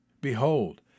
Behold